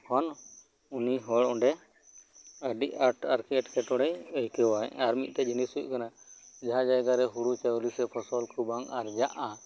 ᱛᱚᱠᱷᱚᱱ ᱩᱱᱤ ᱦᱚᱲ ᱚᱸᱰᱮ ᱟᱰᱤ ᱟᱸᱴ ᱟᱨ ᱠᱤ ᱮᱴᱠᱮ ᱴᱚᱬᱮᱭ ᱟᱹᱭᱠᱟᱣᱟᱭ ᱟᱨ ᱢᱤᱜᱴᱤᱡ ᱡᱤᱱᱤᱥ ᱦᱩᱭᱩᱜ ᱠᱟᱱᱟ ᱡᱟᱦᱟᱸ ᱡᱟᱭᱜᱟ ᱨᱮ ᱦᱩᱲᱩ ᱪᱟᱣᱞᱮ ᱥᱮ ᱯᱷᱚᱥᱚᱞ ᱠᱚ ᱵᱟᱝ ᱟᱨᱡᱟᱜᱼᱟ